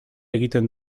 egiten